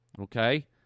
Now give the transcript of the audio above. Okay